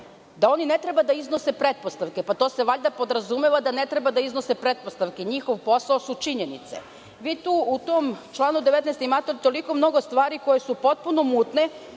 da oni ne treba da iznose pretpostavke. Pa to se valjda podrazumeva da ne treba da iznose pretpostavke. Njihov posao su činjenice. Vi tu u tom članu 19. imate toliko mnogo stvari koje su potpuno mutne,